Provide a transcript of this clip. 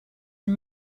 and